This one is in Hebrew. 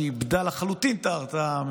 כי היא איבדה לחלוטין את ההרתעה,